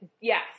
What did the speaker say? Yes